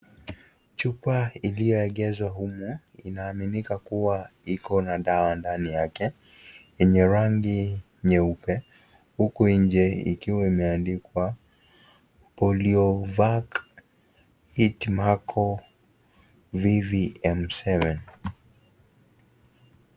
Chupa iliyoegezwa humu inaaminika kuwa iko na dawa ndani yake yenye rangi nyeupe huku nje ikiwa imeandikwa poliovac it maco vvmseven .